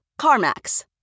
CarMax